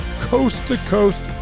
coast-to-coast